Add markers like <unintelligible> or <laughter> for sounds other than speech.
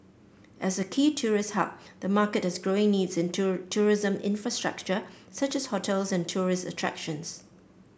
as a key tourist hub the market has growing needs in <unintelligible> tourism infrastructure such as hotels and tourist attractions